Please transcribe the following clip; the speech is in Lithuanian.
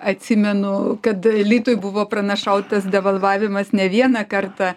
atsimenu kad litui buvo pranašautas devalvavimas ne vieną kartą